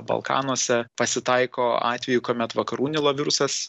balkanuose pasitaiko atvejų kuomet vakarų nilo virusas